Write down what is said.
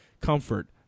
comfort